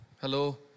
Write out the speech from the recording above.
Hello